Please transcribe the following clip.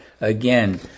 Again